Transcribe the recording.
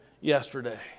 yesterday